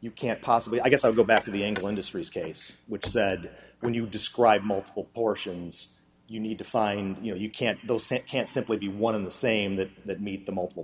you can't possibly i guess i'll go back to the england histories case which said when you described multiple portions you need to find you know you can't the same can't simply be one in the same that that meet the multiple